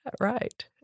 Right